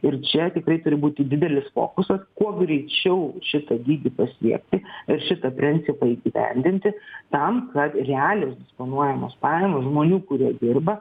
ir čia tikrai turi būti didelis fokusas kuo greičiau šitą dydį pasiekti ir šitą prencipą įgyvendinti tam kad realios disponuojamos pajamos žmonių kurie dirba